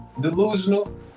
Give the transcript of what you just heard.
delusional